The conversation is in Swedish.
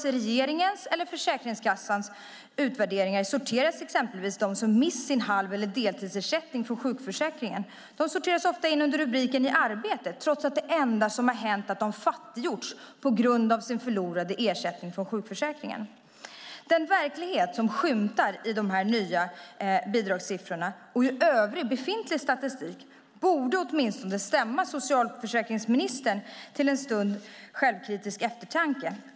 I regeringens och Försäkringskassans utvärderingar sorteras exempelvis de som mist sin halv eller deltidsersättning från sjukförsäkringen under rubriken "i arbete" trots att det enda som har hänt är att de fattiggjorts på grund av sin förlorade ersättning från sjukförsäkringen. Den verklighet som skymtar i dessa nya bidragssiffror och i övrig befintlig statistik borde åtminstone stämma socialförsäkringsministern till en stunds självkritisk eftertanke.